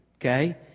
okay